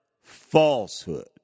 falsehood